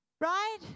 right